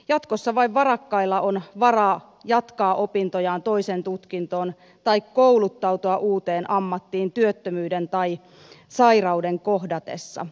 jatkossa vain varakkailla on varaa jatkaa opintojaan toiseen tutkintoon tai kouluttautua uuteen ammattiin työttömyyden tai sairauden kohdatessa